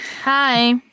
Hi